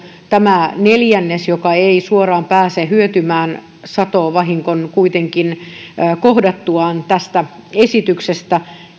tämä neljännes joka ei suoraan pääse hyötymään satovahingon kuitenkin kohdattuaan tästä esityksestä